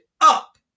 up